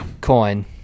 coin